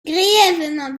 grièvement